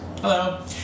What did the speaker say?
Hello